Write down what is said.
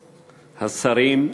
השרים,